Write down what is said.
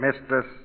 Mistress